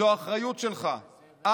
זאת האחריות שלך.